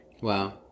Wow